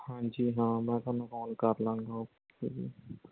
ਹਾਂਜੀ ਹਾਂ ਮੈਂ ਤੁਹਾਨੂੰ ਕੋਲ ਕਰ ਲਵਾਂਗਾ ਓਕੇ ਜੀ